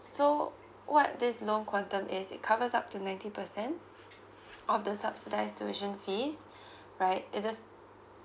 so what this loan quantum is it covers up to ninety percent of the subsidised tuition fees right it is